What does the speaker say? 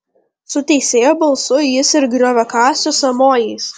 su teisėjo balsu jis ir grioviakasio sąmojais